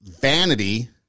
Vanity